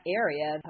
area